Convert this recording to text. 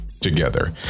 together